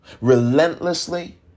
Relentlessly